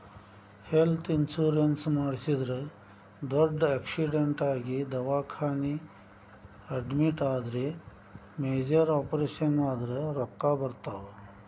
health insurance ಮಾಡಿಸಿದ್ರ ದೊಡ್ಡ್ accident ಆಗಿ ದವಾಖಾನಿ ಅಡ್ಮಿಟ್ ಆದ್ರ ಮೇಜರ್ ಆಪರೇಷನ್ ಆದ್ರ ರೊಕ್ಕಾ ಬರ್ತಾವ